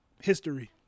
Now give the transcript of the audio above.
history